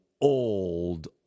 old